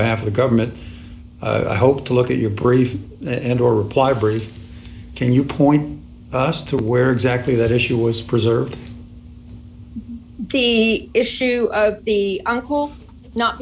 behalf of the government i hope to look at your brief and or reply brief can you point us to where exactly that issue is preserved the issue of the uncle not